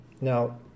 Now